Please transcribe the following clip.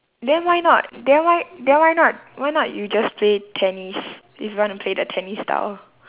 then why not then why then why not why not you just play tennis if you want to play the tennis style